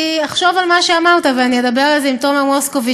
אני אחשוב על מה שאמרת ואני אדבר על זה עם תומר מוסקוביץ,